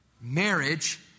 Marriage